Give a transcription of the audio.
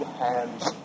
hands